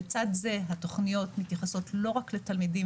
לצד זה התוכניות מתייחסות לא רק לתלמידים,